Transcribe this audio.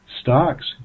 stocks